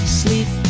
sleep